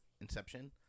Inception